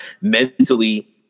mentally